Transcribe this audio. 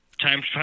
Time